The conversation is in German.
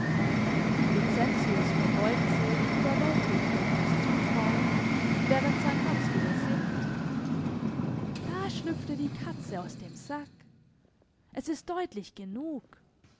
vincentius verbeugt sich überwältigt durch das zutrauen während sein herz wieder sinkt da schlüpfte die katze aus dem sack es ist deutlich genug